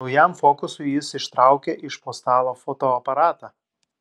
naujam fokusui jis ištraukė iš po stalo fotoaparatą